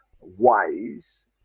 ways